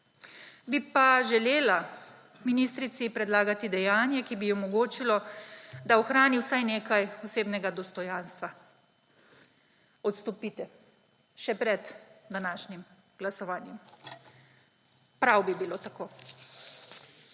Bi pa želela ministrici predlagati dejanje, ki bi ji omogočilo, da ohrani vsaj nekaj osebnega dostojanstva – odstopite še pred današnjim glasovanjem. Prav bi bilo tako.